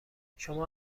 شما